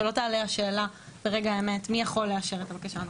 שלא תעלה השאלה ברגע האמת מי יכול לאשר את הבקשה.